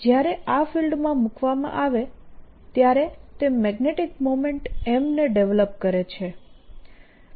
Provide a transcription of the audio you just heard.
જ્યારે આ ફીલ્ડમાં મૂકવામાં આવે ત્યારે તે મેગ્નેટીક મોમેન્ટ M ને ડેવલપ કરે છે